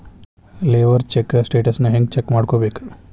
Labour check ಸ್ಟೆಟಸನ್ನ ಹೆಂಗ್ check ಮಾಡ್ಕೊಬೇಕ್?